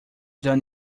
done